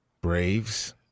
Braves